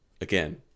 Again